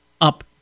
up